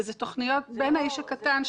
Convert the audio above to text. ואלה תוכניות לאיש הקטן,